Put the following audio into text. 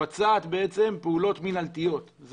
מבצעת פעולות מינהלתיות.